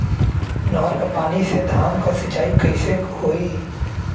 नहर क पानी से धान क सिंचाई कईसे होई?